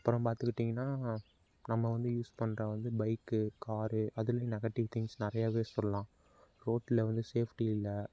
அப்புறம் பார்த்துக்கிட்டிங்கன்னா நம்ம வந்து யூஸ் பண்ணுற வந்து பைக்கு காரு அதிலையும் நெகட்டிவ் திங்க்ஸ் நிறையாவே சொல்லலாம் ரோட்ல வந்து சேஃப்ட்டி இல்லை